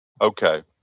Okay